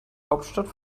hauptstadt